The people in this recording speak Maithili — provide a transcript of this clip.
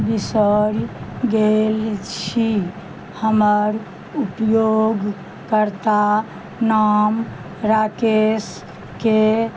बिसरि गेल छी हमर उपयोगकर्ता नाम राकेशके